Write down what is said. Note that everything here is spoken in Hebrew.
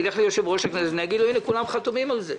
אלך ליושב-ראש הכנסת ואגיד לו: הנה כולם חתומים על זה.